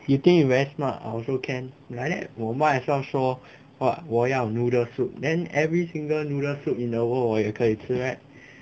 you think you very smart I also can like that 我 might as well 说 what 我要 noodle soup then every single noodle soup in the world 我也可以吃 right